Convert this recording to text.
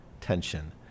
tension